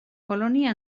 kolonia